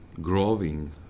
growing